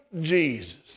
Jesus